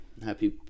Happy